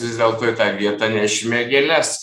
vis dėlto į tą vietą nešime gėles